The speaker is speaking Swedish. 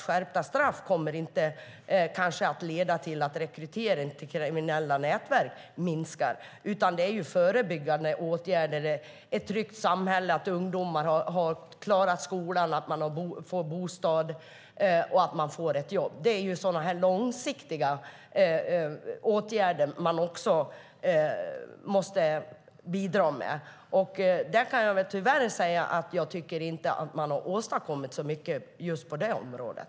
Skärpta straff kommer inte att leda till att rekrytering till kriminella nätverk minskar, utan det handlar i stället om förebyggande åtgärder, ett tryggt samhälle, att ungdomar klarar skolan, att man får bostad och att man får ett jobb. Det är sådana långsiktiga åtgärder man också måste bidra med. På det området kan jag tyvärr säga att jag inte tycker att man har åstadkommit särskilt mycket.